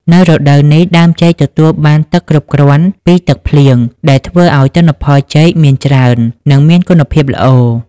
នៅរដូវនេះ ដើមចេកទទួលបានទឹកគ្រប់គ្រាន់ពីទឹកភ្លៀង ដែលធ្វើឲ្យទិន្នផលចេកមានច្រើន និងមានគុណភាពល្អ។